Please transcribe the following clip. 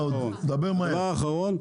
דבר נוסף,